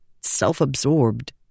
self-absorbed